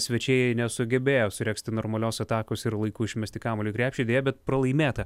svečiai nesugebėjo suregzti normalios atakos ir laiku išmesti kamuolį krepšį deja bet pralaimėta